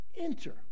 Enter